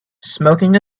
smoking